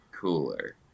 cooler